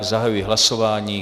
Zahajuji hlasování.